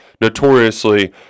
notoriously